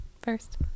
First